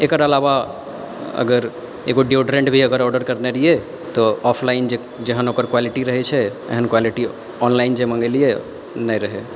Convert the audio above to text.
एकर आलावा अगर एगो डिओड्रेन्ट भी ऑर्डर करने रहियै तऽ ऑफलाइन जेहन ओकर क्वालिटी रहै छै एहन क्वालिटी ऑनलाइन जे मंगेलियै नहि रहै